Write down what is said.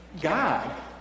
God